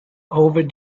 over